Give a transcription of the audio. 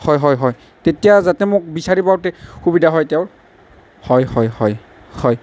হয় হয় হয় তেতিয়া যাতে মোক বিচাৰি পাওঁতে সুবিধা হয় তেওঁৰ হয় হয় হয় হয়